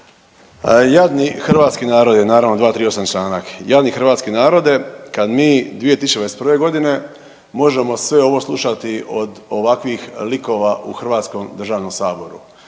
Jadni hrvatski narode, naravno 238. članak, jadni hrvatski narode kad mi 2021. godine možemo sve ovo slušati od ovakvih likova u Hrvatskom državnom saboru.